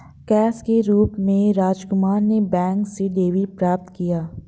cash के रूप में राजकुमार ने बैंक से डेबिट प्राप्त किया